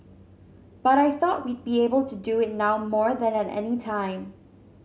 but I thought we'd be able to do it now more than at any time